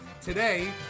today